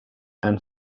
and